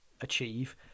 achieve